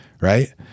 right